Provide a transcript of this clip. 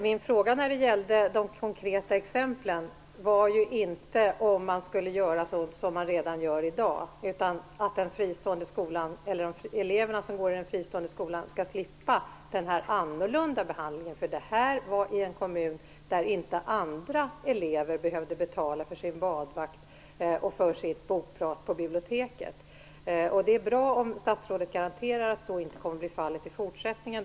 Min fråga när det gällde de konkreta exemplen var inte om man skulle göra som man gör i dag utan om eleverna som går i den fristående skolan kommer att slippa den annorlunda behandlingen - det här hände nämligen i en kommun där andra elever inte behövde betala för sin badvakt eller för sitt bokprat på biblioteket. Det är bra om statsrådet garanterar att så inte kommer att bli fallet i fortsättningen.